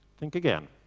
think again.